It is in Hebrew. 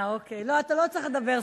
לא, אתה לא צריך לדבר.